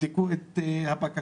תבדקו את הבקשות,